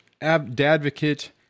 Advocate